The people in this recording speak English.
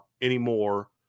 anymore